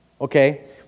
okay